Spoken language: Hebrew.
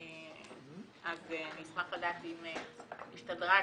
אז אשמח לדעת אם השתדרגנו.